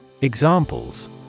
Examples